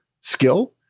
skill